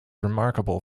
remarkable